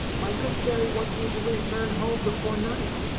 my good fairy wants me to return home before night.